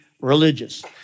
religious